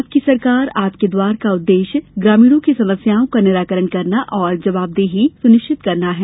आपकी सरकार आपके द्वार का उद्देश्य ग्रामीणों की समस्याओं का निराकरण करना और जवाबदेही सुनिश्चित करना है